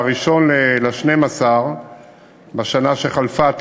ב-1 בדצמבר בשנה שחלפה,